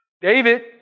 David